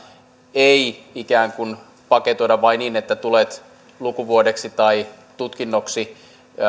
ei ikään kuin paketoida vain niin että tulet lukuvuodeksi tai tutkinnoksi